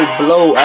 blow